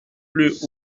plus